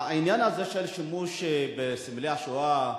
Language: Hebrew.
העניין הזה של שימוש בסמלי השואה,